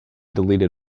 deleted